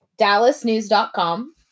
dallasnews.com